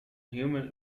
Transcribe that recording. human